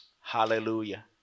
Hallelujah